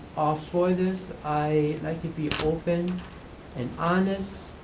for this. i can be open and honest.